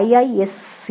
iisctagmail